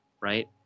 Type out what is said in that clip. right